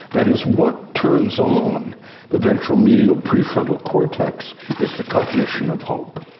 that is, what turns on the ventral medial prefrontal cortex is the cognition of hope.